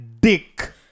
dick